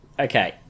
Okay